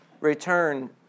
Return